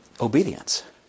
Obedience